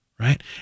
Right